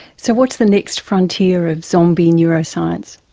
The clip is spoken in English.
so what's the next frontier of zombie neuroscience?